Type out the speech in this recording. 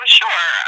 sure